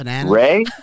Ray